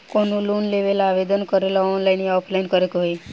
कवनो लोन लेवेंला आवेदन करेला आनलाइन या ऑफलाइन करे के होई?